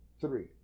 three